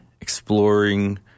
exploring